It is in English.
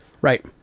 Right